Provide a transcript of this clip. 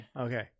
Okay